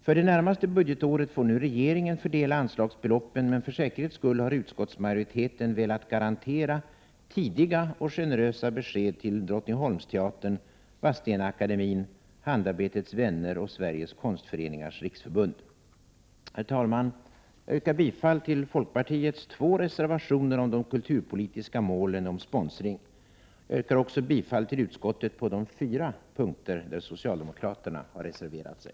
För det närmaste budgetåret får nu regeringen fördela anslagsbeloppen, men för säkerhets skull har utskottsmajoriteten velat garantera tidiga och generösa besked till Drottningholmsteatern, Vadstenaakademien, Handarbetets vänner och Sveriges konstföreningars riksförbund. Herr talman! Jag yrkar bifall till folkpartiets två reservationer om de kulturpolitiska målen och om sponsring. Jag yrkar också bifall till utskottets hemställan på de fyra punkter där socialdemokraterna har reserverat sig.